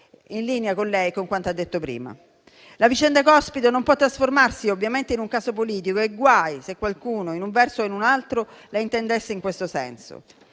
in linea con lei e con quanto ha detto prima. La vicenda Cospito non può trasformarsi ovviamente in un caso politico e guai se qualcuno, in un verso o in un altro, la intendesse in questo senso.